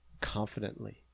confidently